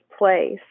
place